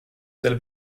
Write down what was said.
del